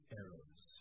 arrows